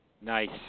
Nice